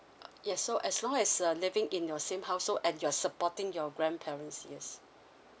uh yes so as long as uh living in your same household and you're supporting your grandparents yes